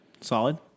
Solid